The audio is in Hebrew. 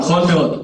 נכון מאוד.